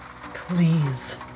Please